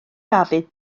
dafydd